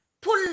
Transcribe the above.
Pull